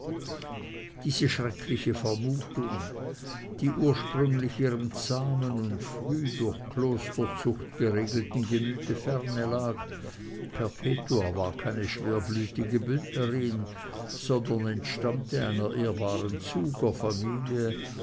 diese schreckliche vermutung die ursprünglich ihrem zahmen und frühe durch klosterzucht geregelten gemüte ferne lag perpetua war keine schwerblütige bündnerin sondern entstammte einer ehrbaren